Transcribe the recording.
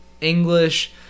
English